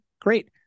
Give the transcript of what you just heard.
great